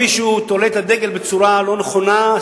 אם מישהו תולה את הדגל בצורה לא נכונה,